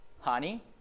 Honey